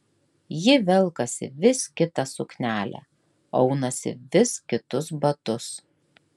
ji velkasi vis kitą suknelę aunasi vis kitus batus